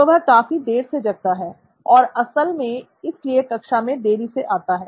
तो वह काफी देरी से जगता है और असल में इसीलिए कक्षा में देरी से आता है